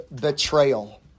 betrayal